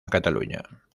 cataluña